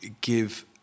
give